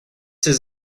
his